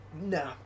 No